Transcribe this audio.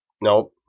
Nope